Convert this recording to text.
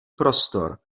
prostor